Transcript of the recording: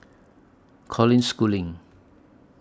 Colin Schooling